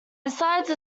beside